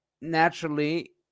Naturally